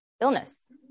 illness